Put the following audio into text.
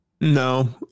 No